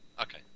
Okay